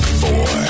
four